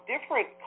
different